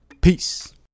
Peace